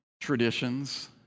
traditions